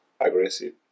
aggressive